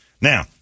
Now